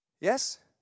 Yes